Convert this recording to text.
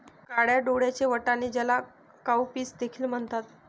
काळ्या डोळ्यांचे वाटाणे, ज्याला काउपीस देखील म्हणतात